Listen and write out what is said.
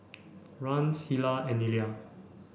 Rance Hilah and Nelia